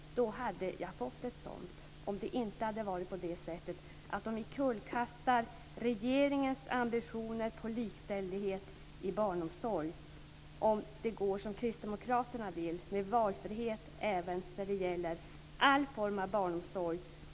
Jag hade fått ett svar om det inte hade varit för att frågorna omkullkastar regeringens ambitioner på likställighet i barnomsorg. Om det går som kristdemokraterna vill ska det vara valfrihet när det gäller all form av barnomsorg.